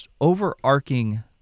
overarching